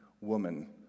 woman